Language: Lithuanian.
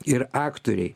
ir aktoriai